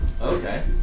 Okay